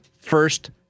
first